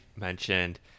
mentioned